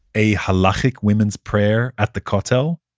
a halachik women's prayer at the kotel?